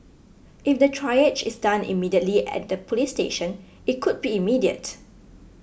if the triage is done immediately at the police station it could be immediate